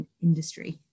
industry